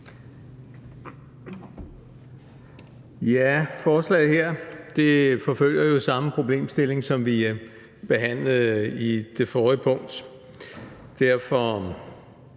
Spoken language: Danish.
Forslaget her forfølger jo samme problemstilling, som vi behandlede under det forrige punkt.